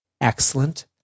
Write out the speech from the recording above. excellent